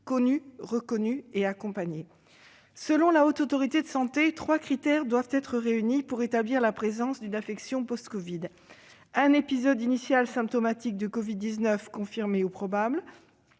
connus, reconnus et accompagnés. Selon la Haute Autorité de santé, trois critères doivent être réunis pour établir la présence d'une affection post-covid : un épisode initial symptomatique de covid-19 confirmé ou probable,